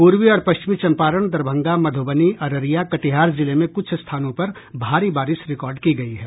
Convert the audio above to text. पूर्वी और पश्चिमी चंपारण दरभंगा मध्रबनी अररिया कटिहार जिले में कुछ स्थानों पर भारी बारिश रिकॉर्ड की गयी है